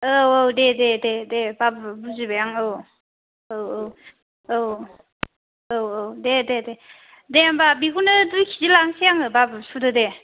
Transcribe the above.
औ औ दे दे दे दे बाबु बुजिबाय आं औ औ औ औ औ औ दे दे दे दे होमबा बेखौनो दुइ केजि लांसै आङो सुदो दे